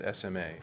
SMA